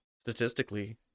statistically